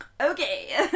Okay